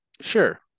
Sure